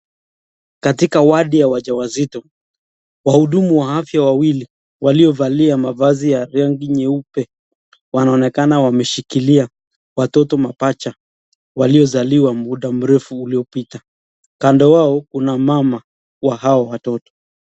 Katika wadi ya wajawazito waudumu wa afya wawili waliovalia mavazi ya rangi nyeupe wanaonekana wameshikilia watoto mapacha waliozaliwa muda mrevu uliopita, kando wao kuna mama wa hao watoto.